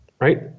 right